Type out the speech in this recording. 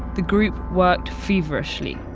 the group worked feverishly.